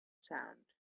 sound